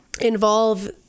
involve